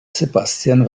sebastian